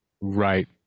right